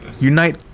unite